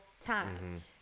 time